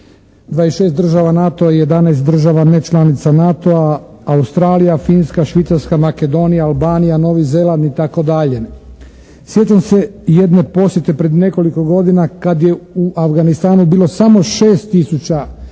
26 država NATO-a, 11 država nečlanica NATO-a Australija, Finska, Švicarska, Makedonija, Albanija, Novi Zeland itd. Sjećam se jedne posjete pred nekoliko godina kad je u Afganistanu bilo samo 6 tisuća